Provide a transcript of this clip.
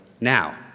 now